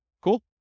Cool